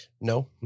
No